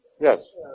Yes